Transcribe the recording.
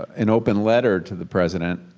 an open letter to the president,